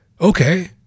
okay